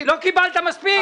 לא קיבלת מספיק?